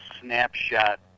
snapshot